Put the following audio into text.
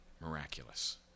miraculous